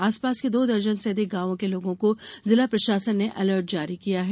आसपास के दो दर्जन से अधिक गांवों के लोगों को जिला प्रशासन ने अलर्ट जारी किया है